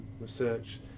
research